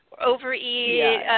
overeat